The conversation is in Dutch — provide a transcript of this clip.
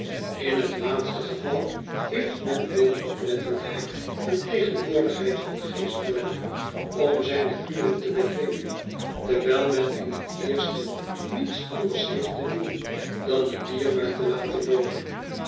in het laatste geval heeft men veel oplettendheid en tegenwoordigheid van geest noodig om zijne kuren te bedwingen terwijl men in het eerste niets anders heeft te doen dan het dier maar te laten loopen